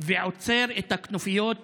ועוצר את הכנופיות